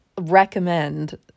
recommend